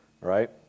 Right